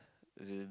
is it